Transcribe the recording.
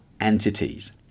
entities